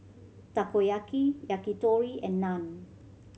Takoyaki Yakitori and Naan